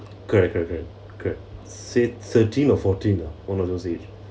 correct correct correct correct say thirteen or fourteen lah one of those age